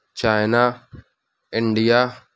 China India